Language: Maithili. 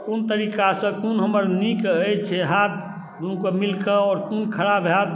कोनो तरीकासँ कोन हमर नीक अछि हैत दुनूके मिलकऽ आओर कोन खराब हैत